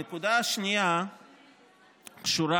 הנקודה השנייה קשורה,